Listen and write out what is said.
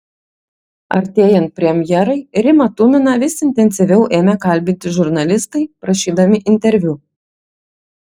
artėjant premjerai rimą tuminą vis intensyviau ėmė kalbinti žurnalistai prašydami interviu